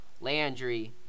Landry